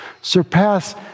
surpass